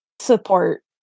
support